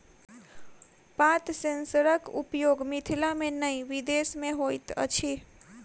पात सेंसरक उपयोग मिथिला मे नै विदेश मे होइत अछि